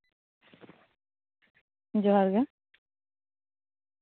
ᱡᱚᱦᱟᱨ ᱜᱮ